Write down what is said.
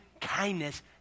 kindness